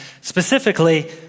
specifically